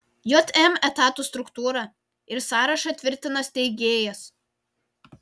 jm etatų struktūrą ir sąrašą tvirtina steigėjas